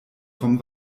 vom